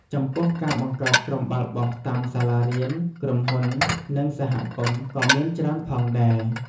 ចំពោះការបង្កើតក្រុមបាល់បោះតាមសាលារៀន ក្រុមហ៊ុន និងសហគមន៍ក៏មានច្រើនផងដែរ។